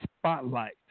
spotlight